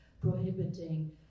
prohibiting